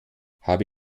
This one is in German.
habe